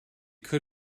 could